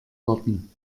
warten